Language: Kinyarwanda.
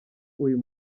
uyu